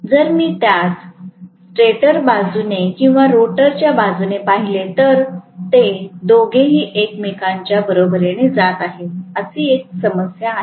जर मी त्यास स्टेटरच्या बाजूने किंवा रोटरच्या बाजूने पाहिले तर ते दोघेही एकमेकांच्या बरोबरीने जात आहेत अशी एक समस्या आहे